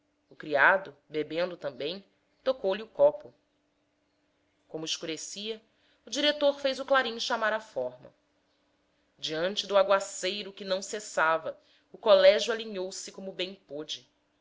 o criado bebendo também tocou-lhe o copo como escurecia o diretor fez o clarim chamar à forma debaixo do aguaceiro que não cessava o colégio alinhou se como bem pôde